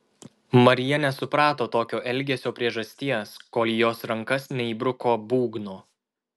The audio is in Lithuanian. marija nesuprato tokio elgesio priežasties kol į jos rankas neįbruko būgno